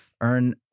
earn